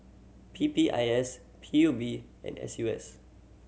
P P I S P U B and S U S S